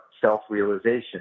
self-realization